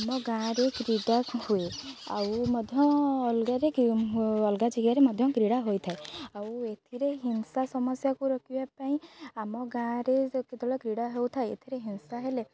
ଆମ ଗାଁରେ କ୍ରୀଡ଼ା ହୁଏ ଆଉ ମଧ୍ୟ ଅଲଗାରେ ଅଲଗା ଜାଗାରେ ମଧ୍ୟ କ୍ରୀଡ଼ା ହୋଇଥାଏ ଆଉ ଏଥିରେ ହିଂସା ସମସ୍ୟାକୁ ରୋକିବା ପାଇଁ ଆମ ଗାଁରେ ଯଦି କେତେବେଳେ କ୍ରୀଡ଼ା ହେଉଥାଏ ଏଥିରେ ହିଂସା ହେଲେ